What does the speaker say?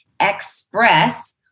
express